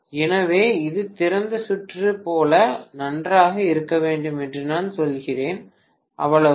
எனவே இது திறந்த சுற்று போல நன்றாக இருக்க வேண்டும் என்று நான் சொல்கிறேன் அவ்வளவுதான்